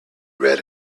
read